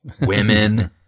Women